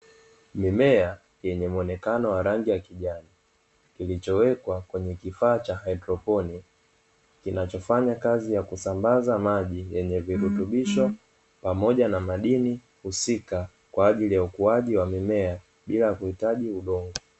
Mimea yenye muonekano wa rangi ya kijani, ilichowekwa kwenye kifaa cha haidroponi, kinachofanya kazi ya kusambaza maji yenye virutubisho pamoja na madini husika kwa ajili ya ukuaji wa mimea bila kuhitaji udongo.